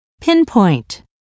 Pinpoint